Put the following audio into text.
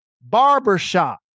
Barbershop